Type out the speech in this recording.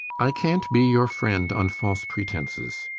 i cant be your friend on false pretences.